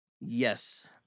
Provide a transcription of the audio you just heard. yes